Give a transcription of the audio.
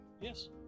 Yes